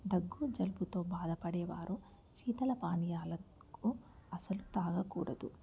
దగ్గు జలుపుతో బాధపడేవారు శీతల పానీయాలను అస్సలు తాగకూడదు